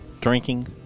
drinking